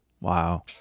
Wow